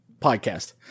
podcast